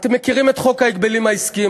אתם מכירים את חוק ההגבלים העסקיים,